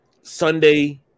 Sunday